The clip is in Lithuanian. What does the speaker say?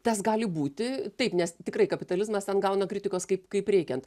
tas gali būti taip nes tikrai kapitalizmas ten gauna kritikos kaip kaip reikiant